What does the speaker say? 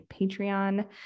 Patreon